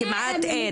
כמעט אין.